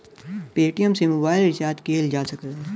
Paytm से mobile recharge किहल जा सकला